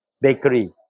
Bakery